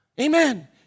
amen